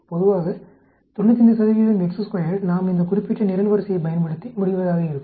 பொதுவாக 95 நாம் இந்த குறிப்பிட்ட நிரல்வரிசையைப் பயன்படுத்தி முடிவதாக இருக்கும்